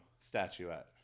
statuette